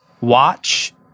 watch